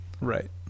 right